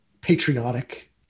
patriotic